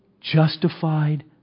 justified